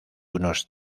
unos